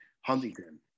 Huntington